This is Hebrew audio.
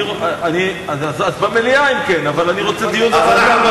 אז במליאה, אבל אני רוצה דיון בוועדה.